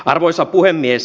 arvoisa puhemies